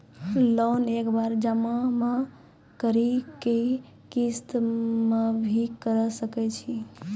Loan एक बार जमा म करि कि किस्त मे भी करऽ सके छि?